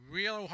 real